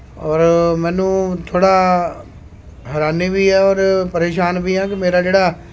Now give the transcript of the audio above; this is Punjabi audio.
ਔਰ ਮੈਨੂੰ ਥੋੜ੍ਹਾ ਹੈਰਾਨੀ ਵੀ ਆ ਔਰ ਪਰੇਸ਼ਾਨ ਵੀ ਹਾਂ ਕਿ ਮੇਰਾ ਜਿਹੜਾ